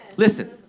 Listen